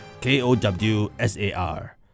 K-O-W-S-A-R